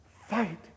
fight